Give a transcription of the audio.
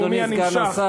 נאומי הנמשך.